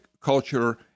culture